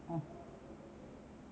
oh